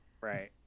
right